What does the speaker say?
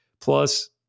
Plus